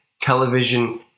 television